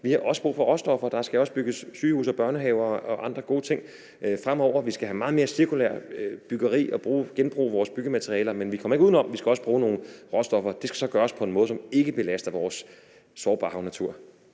har brug for råstoffer, og der skal også bygges sygehuse og børnehaver og andre gode ting fremover. Vi skal have meget mere cirkulært byggeri og genbruge vores byggematerialer, men vi kommer ikke udenom, at vi også skal bruge nogle råstoffer. Det skal så gøres på en måde, som ikke belaster vores sårbare havnatur.